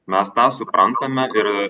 mes tą suprantame ir